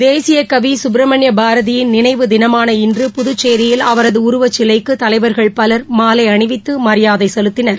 தேசியக்கவி கப்ரமணிய பாரதியின் நினைவு தினமான இன்று புதுச்சேரியில் அவரது உருவச்சிலைக்கு தலைவர்கள் பலர் மாலை அணிவித்து மரியாதை செலுத்தினர்